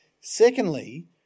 Secondly